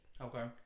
Okay